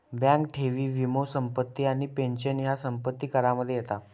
bank ठेवी, वीमो, संपत्ती आणि पेंशन ह्या संपत्ती करामध्ये येता